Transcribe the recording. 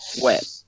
wet